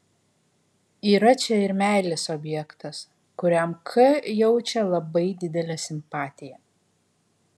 yra čia ir meilės objektas kuriam k jaučia labai didelę simpatiją